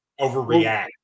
overreact